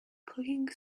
clicking